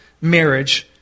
marriage